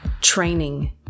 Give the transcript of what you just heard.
training